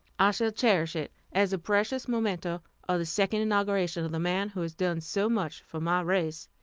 i shall cherish it as a precious memento of the second inauguration of the man who has done so much for my race.